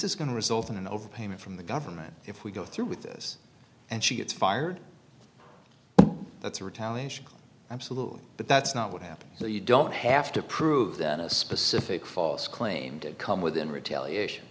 is going to result in an overpayment from the government if we go through with this and she gets fired that's retaliation absolutely but that's not what happened so you don't have to prove that a specific false claim did come within retaliation